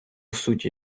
суті